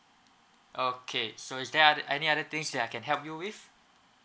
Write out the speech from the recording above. okay so is there othe~ any other things that I can help you with